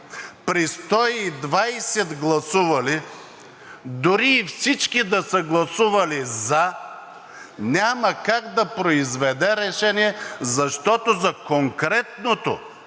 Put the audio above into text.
при 120 гласували дори и всички да са гласували за, няма как да произведе решение, защото за конкретното